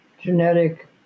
genetic